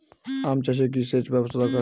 আম চাষে কি সেচ ব্যবস্থা দরকার?